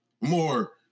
more